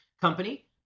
company